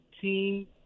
team